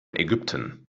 ägypten